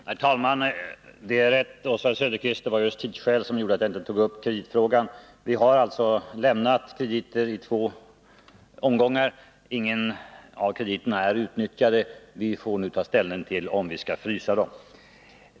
Herr talman! Det är rätt, Oswald Söderqvist, att det var just tidsskäl som gjorde att jag inte tog upp kreditfrågan i mitt förra inlägg. Vi har alltså lämnat krediter i två omgångar. Ingen av krediterna är utnyttjad. Vi får nu ta ställning till om vi skall frysa dem.